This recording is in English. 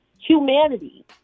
humanity